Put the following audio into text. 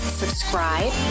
subscribe